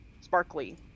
sparkly